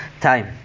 time